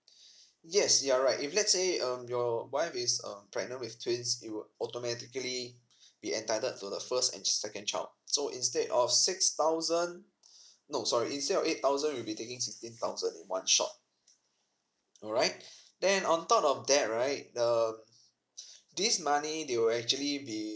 yes you're right if let's say um your wife is um pregnant with twins you automatically be entitled to the first and second child so instead of six thousand no sorry instead of eight thousand you'll be taking sixteen thousand in one shot alright then on top of that right the this money they will actually be